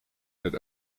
did